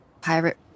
pirate